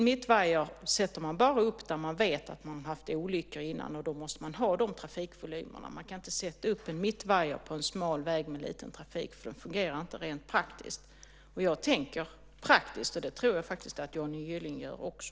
Mittvajer sätter man bara upp där man vet att man har haft olyckor innan. Då måste man ha de trafikvolymerna. Man kan inte sätta upp en mittvajer på en smal väg med liten trafik. Det fungerar inte rent praktiskt. Jag tänker praktiskt. Det tror jag faktiskt att Johnny Gylling gör också.